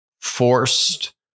forced